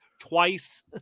twice